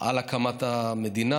על הקמת המדינה.